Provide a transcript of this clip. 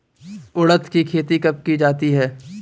उड़द की खेती कब की जाती है?